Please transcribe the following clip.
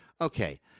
Okay